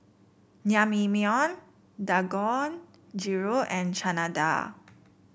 Naengmyeon Dangojiru and Chana Dal